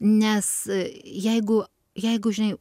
nes jeigu jeigu žinai